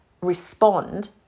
respond